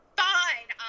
fine